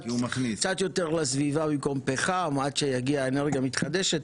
קצת יותר טוב לסביבה במקום פחם עד שתגיע אנרגיה מתחדשת.